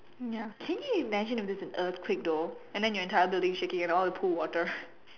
ya can you imagine if there's an earthquake though and then your entire building is shaking and all pool water